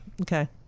okay